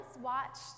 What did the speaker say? watched